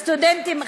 הסטודנטים,